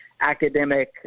academic